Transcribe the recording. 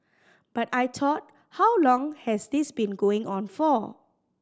but I thought how long has this been going on for